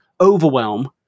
overwhelm